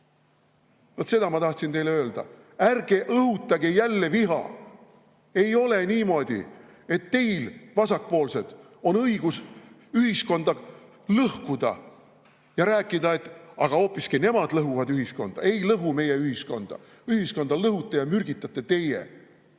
seda ma tahtsin teile öelda. Ärge õhutage jälle viha! Ei ole niimoodi, et teil, vasakpoolsed, on õigus ühiskonda lõhkuda ja rääkida, et "aga hoopiski nemad lõhuvad ühiskonda". Ei lõhu meie ühiskonda. Ühiskonda lõhute ja mürgitate teie.